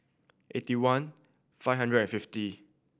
eighty one five hundred and fifty